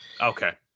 Okay